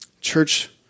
Church